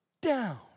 down